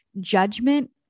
judgment